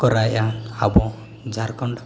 ᱠᱚᱨᱟᱭᱮᱫᱼᱟ ᱟᱵᱚ ᱡᱷᱟᱨᱠᱷᱚᱸᱰ